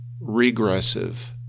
regressive